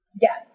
Yes